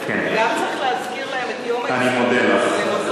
גם צריך להזכיר להם את יום הזיכרון של מנחם בגין?